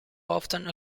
often